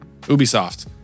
Ubisoft